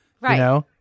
Right